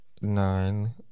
nine